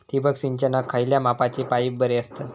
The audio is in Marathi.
ठिबक सिंचनाक खयल्या मापाचे पाईप बरे असतत?